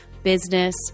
business